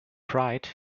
pride